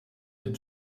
den